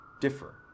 differ